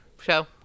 show